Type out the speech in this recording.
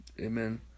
Amen